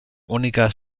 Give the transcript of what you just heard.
únicas